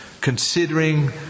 considering